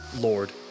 Lord